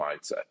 mindset